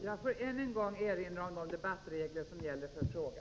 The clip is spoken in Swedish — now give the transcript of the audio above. Jag får än en gång erinra om de debattregler som gäller för fråga.